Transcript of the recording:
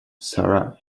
sara